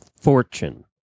fortune